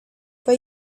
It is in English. but